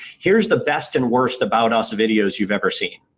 here's the best and worst about us videos you've ever seen,